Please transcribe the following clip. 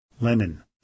Lenin